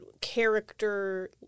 character